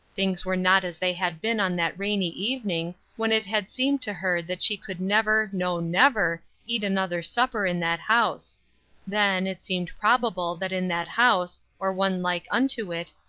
things were not as they had been on that rainy evening, when it had seemed to her that she could never, no never eat another supper in that house then, it seemed probable that in that house, or one like unto it,